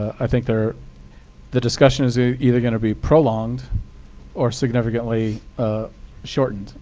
i think the the discussion is either going to be prolonged or significantly shortened,